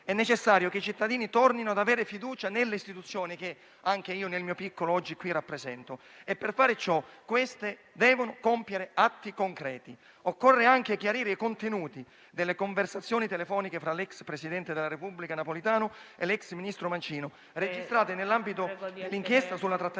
È necessario che i cittadini tornino ad avere fiducia nelle istituzioni che anche io nel mio piccolo oggi in questa sede rappresento e per fare ciò queste devono compiere atti concreti. Occorre anche chiarire i contenuti delle conversazioni telefoniche fra l'ex presidente della Repubblica Napolitano e l'ex ministro Mancino, registrate nell'ambito dell'inchiesta sulla trattativa